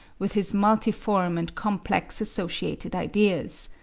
with his multiform and complex associated ideas.